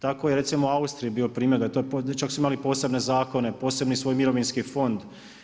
Tako je recimo u Austriji bio primjer, čak su imali posebne zakone, posebni svoj Mirovinski fond.